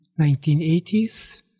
1980s